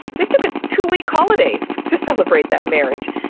they took a two-week holiday to celebrate that marriage.